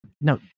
No